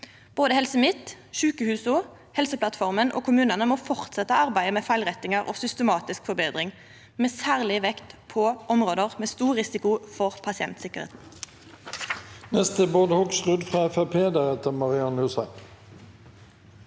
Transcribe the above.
Både Helse Midt-Noreg, sjukehusa, Helseplattforma og kommunane må fortsetja arbeidet med feilrettingar og systematisk forbetring, med særleg vekt på område med stor risiko for pasientsikkerheita.